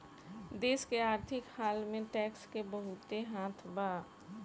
देश के आर्थिक हाल में टैक्स के बहुते हाथ बा